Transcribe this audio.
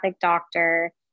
doctor